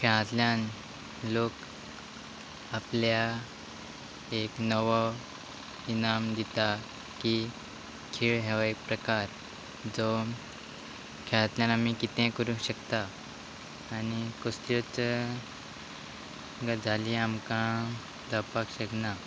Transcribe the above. खेळांतल्यान लोक आपल्या एक नवो इनाम दिता की खेळ ह्यो एक प्रकार जो खेळांतल्यान आमी कितेंय करूं शकता आनी कसल्योच गजाली आमकां जावपाक शकना